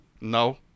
No